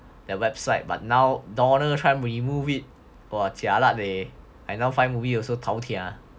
the website but now donald trump remove it !wah! jialat leh I now find movie also taotia